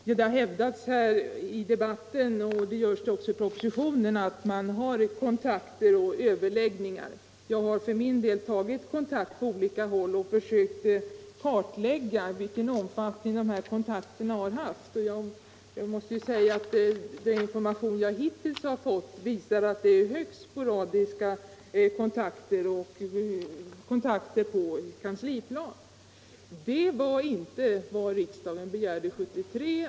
Herr talman! Det har hävdats här i debatten och även i propositionen, att man har tagit initiativ till kontakter och överläggningar från departementets sida. Jag har för min del tagit kontakt på olika håll och försökt kartlägga vilken omfattning dessa kontakter har haft. Den information som jag hittills har fått visar att det är fråga om högst sporadiska kontakter på kansliplanet. Det var inte vad riksdagen begärde 1973.